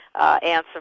answer